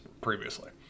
previously